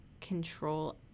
control